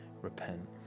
repent